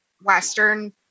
Western